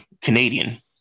Canadian